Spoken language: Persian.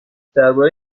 درباره